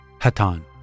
Hatan